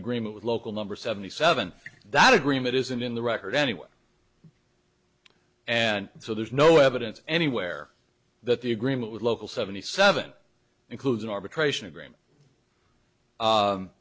agreement with local number seventy seven that agreement isn't in the record anyway and so there's no evidence anywhere that the agreement with local seventy seven includes an arbitration